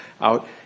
out